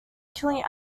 killing